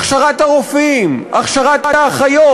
הכשרת הרופאים, הכשרת האחיות,